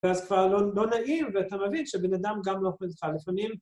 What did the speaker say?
‫ואז כבר לא-לא נעים, ואתה מבין ‫שבן אדם גם לא אוכל את הטלפונים.